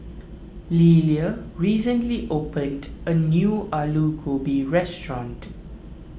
Lelia recently opened a new Alu Gobi restaurant